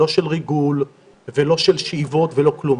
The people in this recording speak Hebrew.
לא של ריגול, לא של שאיבות ולא כלום.